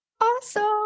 awesome